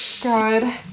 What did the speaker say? God